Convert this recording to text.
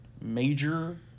major